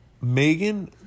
Megan